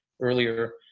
earlier